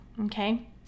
okay